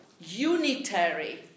unitary